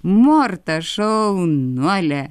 morta šaunuolė